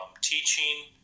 teaching